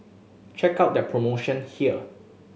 check out their promotion here